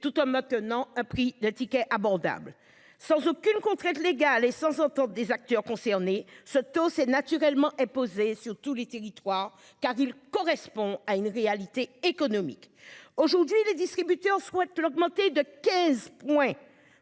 tout en maintenant un prix des tickets abordable sans aucune contrainte légale et sans des acteurs concernés ce taux s'est naturellement imposé sur tous les territoires, car il correspond à une réalité économique, aujourd'hui les distributeurs souhaitent l'augmenter de 15 points